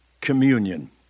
communion